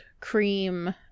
cream